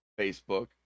Facebook